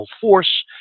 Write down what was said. force